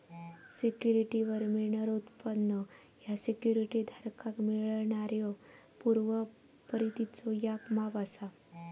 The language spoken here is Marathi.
सिक्युरिटीवर मिळणारो उत्पन्न ह्या सिक्युरिटी धारकाक मिळणाऱ्यो पूर्व परतीचो याक माप असा